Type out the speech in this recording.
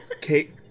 Kate